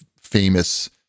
famous